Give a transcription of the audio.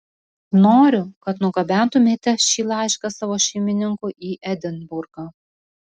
noriu kad nugabentumėte šį laišką savo šeimininkui į edinburgą